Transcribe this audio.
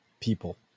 people